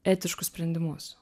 etiškus sprendimus